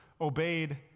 obeyed